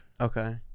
Okay